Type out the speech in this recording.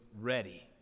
ready